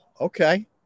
Okay